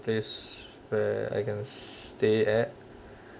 place where I can stay at